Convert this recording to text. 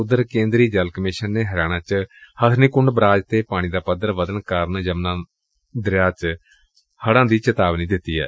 ਉਧਰ ਕੇਦਰੀ ਜਲ ਕਮਿਸ਼ਨ ਨੇ ਹਰਿਆਣਾ ਚ ਹਥਨੀਕੁੰਡ ਬਾਰਾਜ ਤੇ ਪਾਣੀ ਦਾ ਪੱਧਰ ਵਧਣ ਕਾਰਨ ਯਮੁਨਾ ਦਰਿਆ ਚ ਹੜਾਂ ਦੀ ਚੇਤਾਵਨੀ ਵੀ ਦਿੱਤੀ ਏ